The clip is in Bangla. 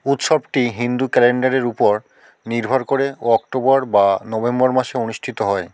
উৎসবটি হিন্দু ক্যালেন্ডারের উপর নির্ভর করে অক্টোবর বা নভেম্বর মাসে অনুষ্ঠিত হয়